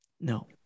No